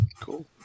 cool